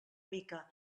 mica